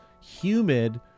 humid